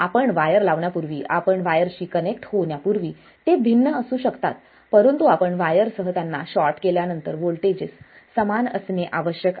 आपण वायर लावण्यापूर्वी आपण वायरशी कनेक्ट होण्यापूर्वी ते भिन्न असू शकतात परंतु आपण वायरसह त्यांना शॉर्ट केल्यानंतर व्होल्टेजेस समान असणे आवश्यक आहे